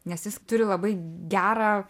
nes jis turi labai gerą